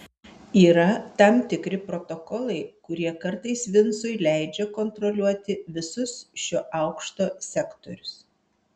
yra tam tikri protokolai kurie kartais vincui leidžia kontroliuoti visus šio aukšto sektorius